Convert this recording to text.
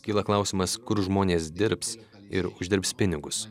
kyla klausimas kur žmonės dirbs ir uždirbs pinigus